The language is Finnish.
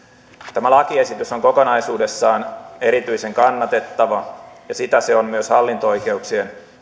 tämä lakiesitys on kokonaisuudessaan erityisen kannatettava ja sitä se on myös hallinto oikeuksien